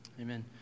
Amen